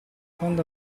quando